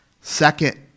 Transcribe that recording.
second